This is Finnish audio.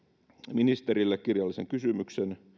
ministerille kirjallisen kysymyksen